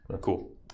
Cool